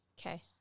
Okay